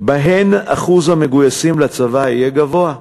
שבהן אחוז המגויסים לצבא יהיה גבוה,